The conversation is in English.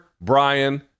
Brian